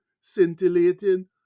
scintillating